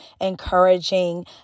encouraging